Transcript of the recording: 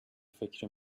فکری